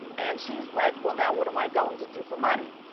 and she's like well, now, what am i going to do for money.